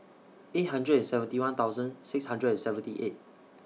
eight hundred and seventy one thousand six hundred and seventy eight